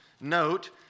note